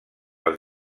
els